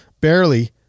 barely